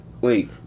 wait